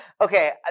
Okay